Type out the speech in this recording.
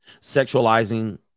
sexualizing